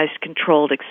controlled